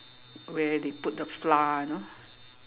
where they put the flour you know